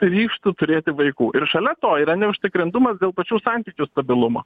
ryžtu turėti vaikų ir šalia to yra neužtikrintumas dėl pačių santykių stabilumo